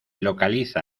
localiza